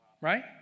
right